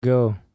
go